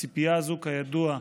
הציפייה הזאת, כידוע,